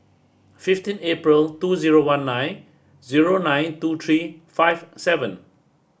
fifteen April two zero one nine zero nine two three five seven